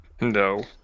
No